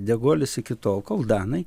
deguolis iki tol kol danai